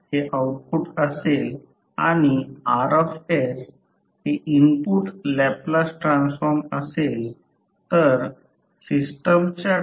आणि दोन कॉइल्स आहेत म्हणून टोटल फ्लक्स लिंकेज ∅ 1 आहे हे कॉइल 1 आहे आणि हे कॉइल 2 आहे हे इंडक्टन्स L1 आहे इंडक्टन्स L2 आहे